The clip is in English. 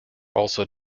also